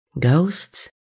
ghosts